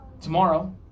tomorrow